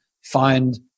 find